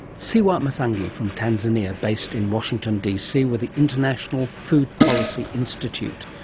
siwa msangi from tanzania, based in washington dc with the international food policy institute.